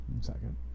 Second